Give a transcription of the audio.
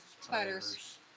Spiders